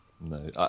No